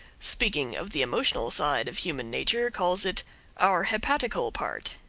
speaking of the emotional side of human nature, calls it our hepaticall parte.